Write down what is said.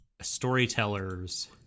storytellers